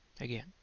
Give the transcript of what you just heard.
Again